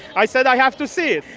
i said, i have to see it.